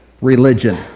religion